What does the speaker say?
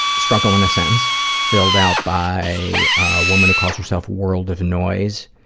struggle in a sentence, filled out by a woman who calls herself world of noise.